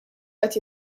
qed